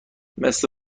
مثل